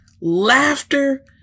laughter